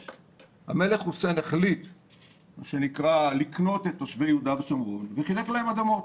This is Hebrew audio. המלך חוסיין החליט מה שנקרא לקנות את תושבי יהודה ושומרון וחילק להם אדמות